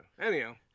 anyhow